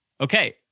Okay